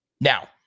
Now